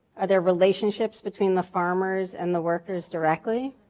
are there relationships between the farmers and the workers directly?